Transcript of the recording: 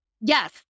Yes